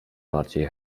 bardziej